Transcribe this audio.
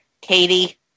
Katie